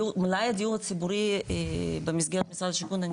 מזכאי הדיור הציבורי במסגרת משרד השיכון אני